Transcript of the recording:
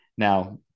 Now